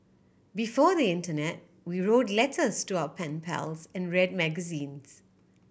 before the internet we wrote letters to our pen pals and read magazines